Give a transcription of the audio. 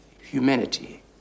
humanity